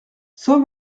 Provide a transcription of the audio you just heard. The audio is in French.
cent